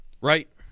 Right